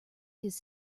his